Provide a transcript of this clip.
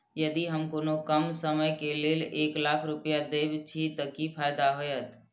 यदि हम कोनो कम समय के लेल एक लाख रुपए देब छै कि फायदा होयत?